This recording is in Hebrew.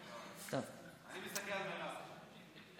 אני מסתכלת עליך, אתה הזמן שלי.